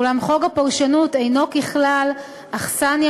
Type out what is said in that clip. ואולם חוק הפרשנות אינו ככלל אכסניה